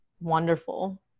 wonderful